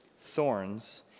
thorns